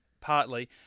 partly